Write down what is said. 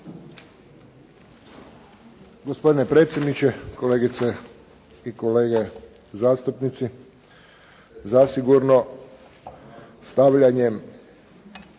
Gospodine predsjedniče, kolegice i kolege zastupnici. Zasigurno stavljanjem